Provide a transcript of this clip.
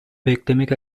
beklemek